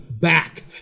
back